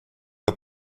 это